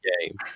game